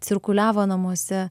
cirkuliavo namuose